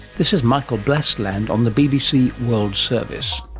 this is michael blastland on the bbc world service